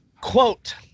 Quote